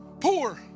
poor